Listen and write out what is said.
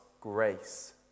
grace